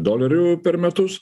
dolerių per metus